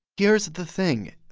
here's the thing.